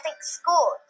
school